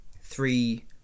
three